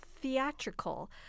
theatrical